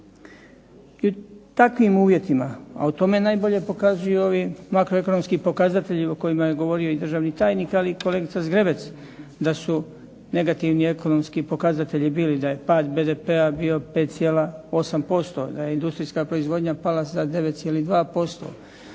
I u takvim uvjetima, a o tome najbolje pokazuju ovi makro ekonomski pokazatelji o kojima je govorio i državni tajnik, ali i kolegica Zgrebec da su negativni ekonomski pokazatelji bili da je pad BDP-a bio 5,8%, da je industrijska proizvodnja pala za 9,2%,